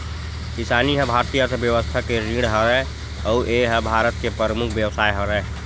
किसानी ह भारतीय अर्थबेवस्था के रीढ़ हरय अउ ए ह भारत के परमुख बेवसाय हरय